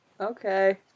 Okay